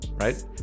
right